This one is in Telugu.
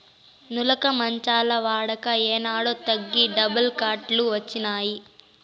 నులక మంచాల వాడక ఏనాడో తగ్గి డబుల్ కాట్ లు వచ్చినాయి